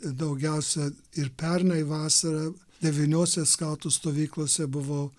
daugiausia ir pernai vasarą devyniose skautų stovyklose buvau